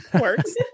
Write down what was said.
Works